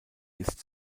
ist